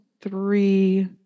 three